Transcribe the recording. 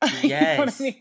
Yes